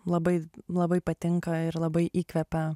labai labai patinka ir labai įkvepia